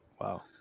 Wow